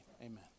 amen